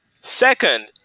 Second